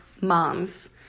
moms